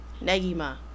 Negima